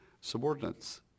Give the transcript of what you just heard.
subordinates